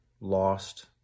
lost